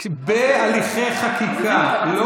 בהליכי חקיקה, לא